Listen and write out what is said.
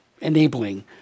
enabling